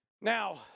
Now